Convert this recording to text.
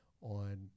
on